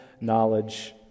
knowledge